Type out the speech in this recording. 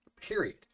period